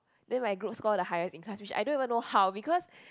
then my group score the highest in class which I don't even know how because